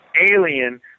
alien